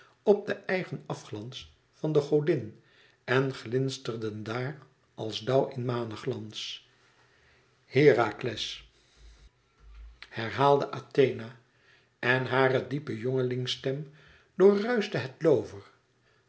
op den eigen afglans van de godin en glinsterden daar als dauw in maneglans herakles herhaalde athena en hare diepe jongelingstem doorruischte het loover